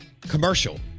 commercial